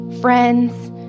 friends